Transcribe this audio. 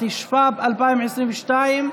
התשפ"ב 2022,